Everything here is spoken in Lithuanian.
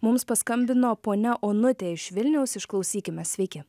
mums paskambino ponia onutė iš vilniaus išklausykime sveiki